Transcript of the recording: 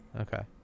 Okay